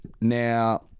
Now